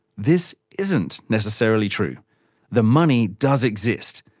this isn't necessarily true the money does exist,